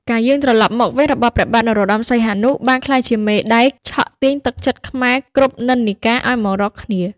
ការយាងត្រឡប់មកវិញរបស់ព្រះបាទ នរោត្តម សីហនុ បានក្លាយជាមេដែកឆក់ទាញទឹកចិត្តខ្មែរគ្រប់និន្នាការឱ្យមករកគ្នា។